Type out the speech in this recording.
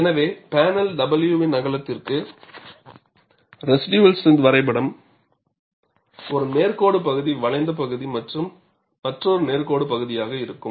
எனவே panel W இன் அகலத்திற்கு ரெஷிடுயல் ஸ்ட்ரென்த் வரைபடம் ஒரு நேர் கோடு பகுதி வளைந்த பகுதி மற்றும் மற்றொரு நேர் கோடு பகுதியாக இருக்கும்